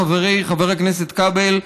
חברי חבר הכנסת כבל,